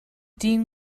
dean